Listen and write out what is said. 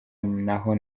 naho